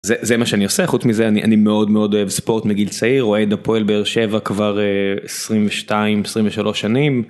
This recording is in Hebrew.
זה מה שאני עושה, חוץ מזה אני מאוד מאוד אוהב ספורט, מגיל צעיר, אוהד הפועל באר שבע כבר 22, 23 שנים.